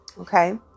Okay